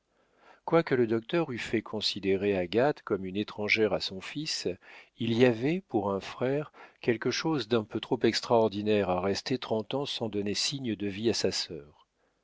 quoique le docteur eût fait considérer agathe comme une étrangère à son fils il y avait pour un frère quelque chose d'un peu trop extraordinaire à rester trente ans sans donner signe de vie à sa sœur